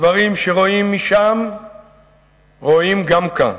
דברים שרואים משם רואים גם כאן.